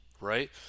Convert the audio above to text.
right